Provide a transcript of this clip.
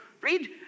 Read